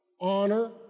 Honor